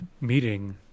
meeting